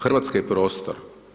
Hrvatska je prostor.